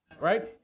right